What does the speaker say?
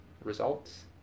results